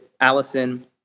Allison